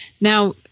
now